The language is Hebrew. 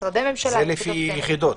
משרדי ממשלה --- זה לפי יחידות,